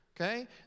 Okay